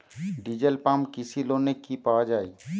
Diesel pump কৃষি লোনে কি পাওয়া য়ায়?